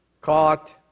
caught